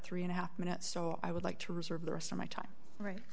three and a half minutes so i would like to reserve the rest of my time